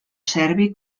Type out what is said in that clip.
servi